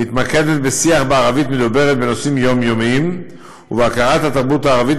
מתמקדת בשיח בערבית מדוברת בנושאים יומיומיים ובהכרת התרבות הערבית,